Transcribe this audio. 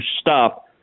stop